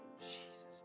Jesus